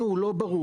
לנו הוא לא ברור,